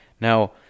Now